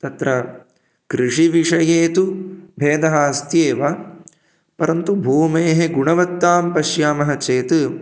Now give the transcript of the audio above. तत्र कृषिविषये तु भेदः अस्त्येव परन्तु भूमेः गुणवत्तां पश्यामः चेत्